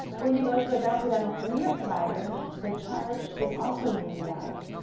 when you go to a delta dental premier provider the charge is also ninety dollars,